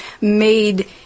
made